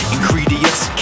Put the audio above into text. Ingredients